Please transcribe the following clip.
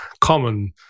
common